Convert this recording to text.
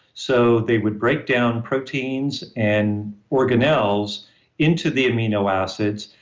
so, they would break down proteins and organelles into the amino acids,